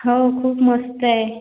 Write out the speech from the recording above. हो खूप मस्त आहे